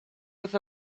with